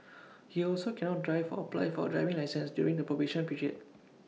he also cannot drive or apply for A driving licence during the probation period